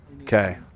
Okay